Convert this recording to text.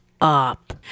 up